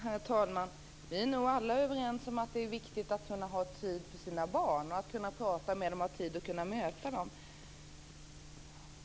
Herr talman! Vi är nog alla överens om att det är viktigt att kunna ha tid för sina barn, att ha tid att prata med dem och möta dem.